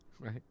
right